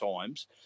times